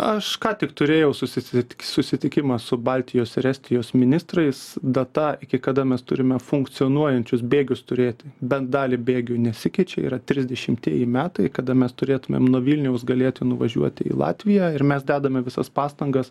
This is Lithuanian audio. aš ką tik turėjau susisit susitikimą su baltijos ir estijos ministrais data iki kada mes turime funkcionuojančius bėgius turėti bent dalį bėgių nesikeičia yra trisdešimtieji metai kada mes turėtumėm nuo vilniaus galėti nuvažiuoti į latviją ir mes dedame visas pastangas